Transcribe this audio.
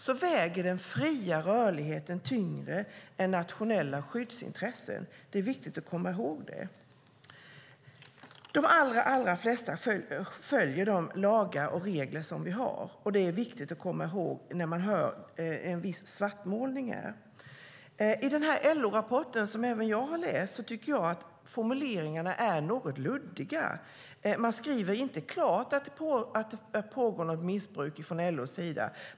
Då väger den fria rörligheten tyngre än nationella skyddsintressen. Det är viktigt att komma ihåg. De allra flesta följer de lagar och regler som vi har, vilket är viktigt att komma ihåg när man hör en viss svartmålning här. I denna LO-rapport som även jag har läst är formuleringarna något luddiga. Man skriver inte klart från LO:s sida att det pågår något missbruk.